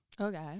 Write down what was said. Okay